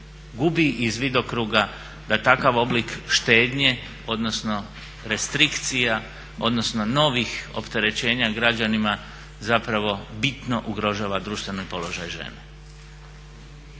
gubi iz vidokruga da takav oblik štednje, odnosno restrikcija, odnosno novih opterećenja građanima zapravo bitno ugrožava društveni položaj žene.